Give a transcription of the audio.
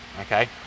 okay